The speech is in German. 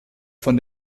von